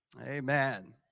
Amen